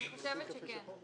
אני חושבת שכן,